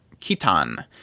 Kitan